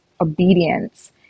obedience